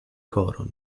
koron